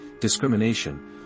discrimination